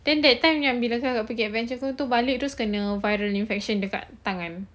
then that time yang bila kau pergi adventure cove tu balik terus kena viral infection dekat tangan